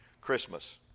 Christmas